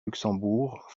luxembourg